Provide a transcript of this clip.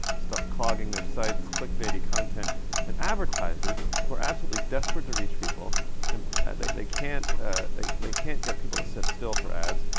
stuff clogging their sites, click-baity content and advertisers who are absolutely desperate to reach people. and ah they, they can't they they can't get people to sit still for ads,